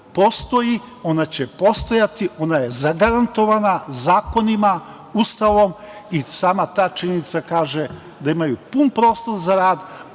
postoji, ona će postojati, ona je zagarantovana zakonima, Ustavom i sama ta činjenica kaže da imaju pun prostor za rad,